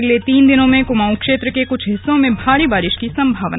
अगले तीन दिनों में क्माऊं क्षेत्र के क्छ हिस्सों में भारी बारिश की संभावना